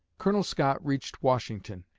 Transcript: colonel scott reached washington,